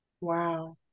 Wow